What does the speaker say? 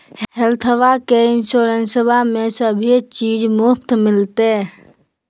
हेल्थबा के इंसोरेंसबा में सभे चीज मुफ्त मिलते?